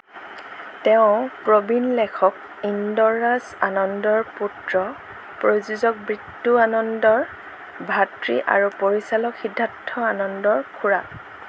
তেওঁ প্ৰবীণ লেখক ইন্দৰ ৰাজ আনন্দৰ পুত্ৰ প্ৰযোজক বিট্টু আনন্দৰ ভাতৃ আৰু পৰিচালক সিদ্ধাৰ্থ আনন্দৰ খুৰাক